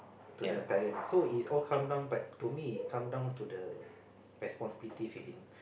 to the parents so it all comes down but to me it all comes down to the responsibility